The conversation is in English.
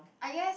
ah yes